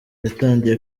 yatangiye